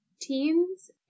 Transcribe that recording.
teens